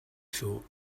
thought